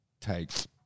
takes